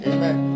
Amen